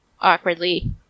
awkwardly